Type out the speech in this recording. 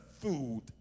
food